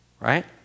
Right